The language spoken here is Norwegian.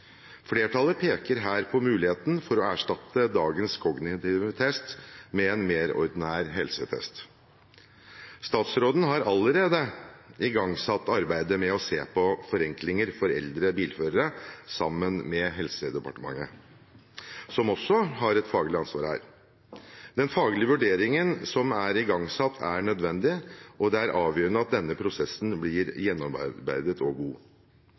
Flertallet peker her på muligheten til å erstatte dagens kognitive test med en mer ordinær helseattest. Statsråden har allerede igangsatt arbeidet med å se på forenklinger for eldre bilførere, sammen med Helse- og omsorgsdepartementet, som også har et faglig ansvar her. Den faglige vurderingen som er igangsatt, er nødvendig, og det er avgjørende at denne prosessen blir gjennomarbeidet og god.